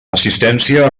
assistència